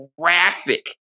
graphic